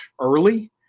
early